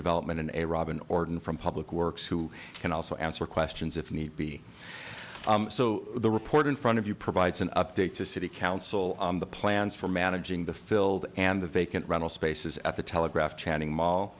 development and a robin orton from public works who can also answer questions if need be so the report in front of you provides an update to city council on the plans for managing the filled and vacant rental spaces at the telegraph channing mall